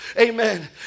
amen